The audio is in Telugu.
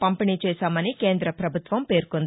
పంపిణీ చేశామని కేంద పభుత్వం పేర్కొంది